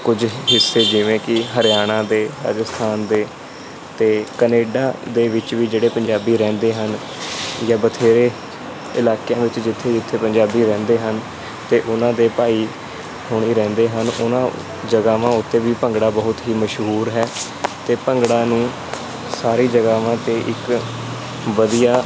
ਕੁਝ ਹਿੱਸੇ ਜਿਵੇਂ ਕਿ ਹਰਿਆਣਾ ਦੇ ਰਾਜਸਥਾਨ ਦੇ ਅਤੇ ਕਨੇਡਾ ਦੇ ਵਿੱਚ ਵੀ ਜਿਹੜੇ ਪੰਜਾਬੀ ਰਹਿੰਦੇ ਹਨ ਜਾਂ ਬਥੇਰੇ ਇਲਾਕਿਆਂ ਵਿੱਚ ਜਿੱਥੇ ਜਿੱਥੇ ਪੰਜਾਬੀ ਰਹਿੰਦੇ ਹਨ ਅਤੇ ਉਹਨਾਂ ਦੇ ਭਾਈ ਹੁਣੀ ਰਹਿੰਦੇ ਹਨ ਉਹਨਾਂ ਜਗ੍ਹਾਵਾਂ ਉੱਤੇ ਵੀ ਭੰਗੜਾ ਬਹੁਤ ਹੀ ਮਸ਼ਹੂਰ ਹੈ ਅਤੇ ਭੰਗੜਾ ਨੂੰ ਸਾਰੀ ਜਗ੍ਹਾਵਾਂ 'ਤੇ ਇੱਕ ਵਧੀਆ